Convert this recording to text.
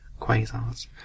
quasars